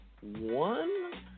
one